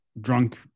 drunk